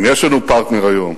אם יש לנו פרטנר היום,